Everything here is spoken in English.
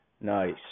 Nice